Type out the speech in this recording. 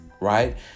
right